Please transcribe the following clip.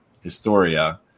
historia